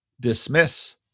dismiss